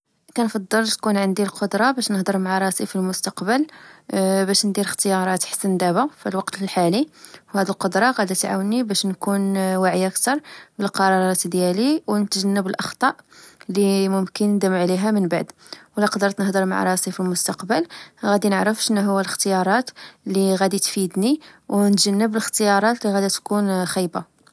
كنفضل تكون عندي القدرة باش نهضر معا راسي في المستقبل، باش ندير اختيارات حسن دابا في الوقت الحالي. هاد القدرة غادي تعاونني باش نكون واعية كثر بالقرارات ديالي ونتجنب الأخطاء اللي ممكن نندم عليها من بعد. وإلى قدرت نهضر مع راسي فالمستقبل، غادي نعرف شنو هي الاختيارات اللي غادي تفيدني ونتجنب الإختيارات لغدا تكون خايبة